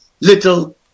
little